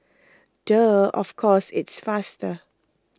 duh of course it's faster